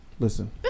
Listen